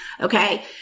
okay